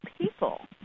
people